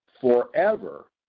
forever